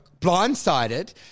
blindsided